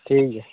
ᱴᱷᱤᱠᱜᱮᱭᱟ